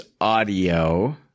audio